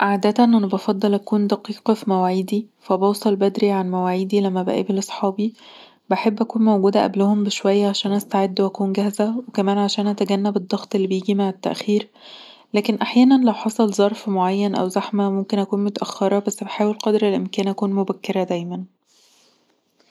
عادةً أنا بفضل أكون دقيقه في مواعيدي، فبوصل بدري عن مواعيدي لما بقابل اصحابي. بحب أكون موجود قبلهم بشوية عشان أستعد وأكون جاهزه، وكمان عشان أتجنب الضغط اللي بيجي مع التاخير. لكن أحيانًا، لو حصل ظرف معين أو زحمة، ممكن أكون متأخره، بس بحاول بقدر الإمكان أكون مبكره دايما